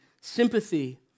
sympathy